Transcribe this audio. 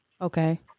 Okay